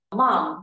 mom